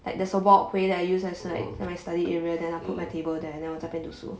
like there's a walkway that I use as like my study area than I put my table there then 我在那边读书